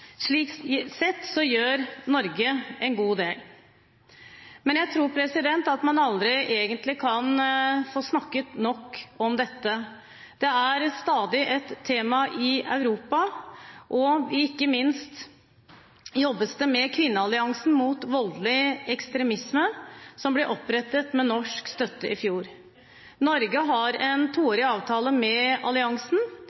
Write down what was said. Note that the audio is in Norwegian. Slik sett gjør Norge en god del. Men jeg tror at man aldri egentlig kan få snakket nok om dette. Det er stadig et tema i Europa, og ikke minst jobbes det med kvinnealliansen mot voldelig ekstremisme, som ble opprettet med norsk støtte i fjor. Norge har en